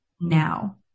now